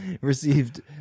received